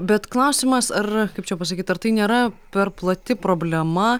bet klausimas ar kaip čia pasakyt ar tai nėra per plati problema